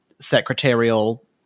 secretarial